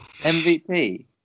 MVP